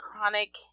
chronic